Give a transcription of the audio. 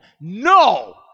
No